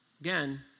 again